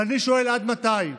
ואני שואל: עד מתי?